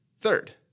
Third